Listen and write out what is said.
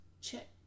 check